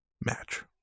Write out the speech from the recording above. match